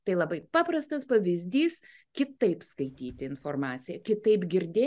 tai labai paprastas pavyzdys kitaip skaityti informaciją kitaip girdi